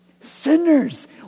Sinners